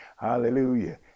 Hallelujah